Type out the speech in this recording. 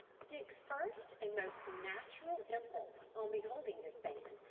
dick's first and most natural impulse, on beholding this band,